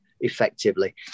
effectively